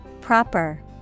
Proper